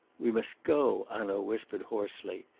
we must go, hanaud whispered hoarsely.